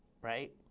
Right